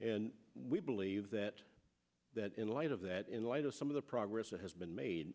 and we believe that that in light of that in light of some of the progress that has been made